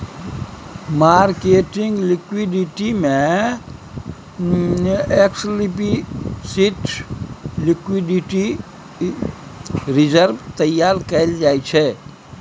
marketing liquidity में explicit liquidity reserve तैयार कएल जाइ छै